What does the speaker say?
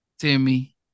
Timmy